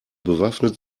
bewaffnet